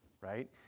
right